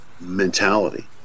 mentality